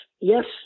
yes